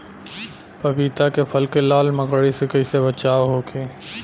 पपीता के फल के लाल मकड़ी से कइसे बचाव होखि?